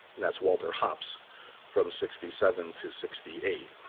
and that's walter hopps from sixty seven to sixty eight.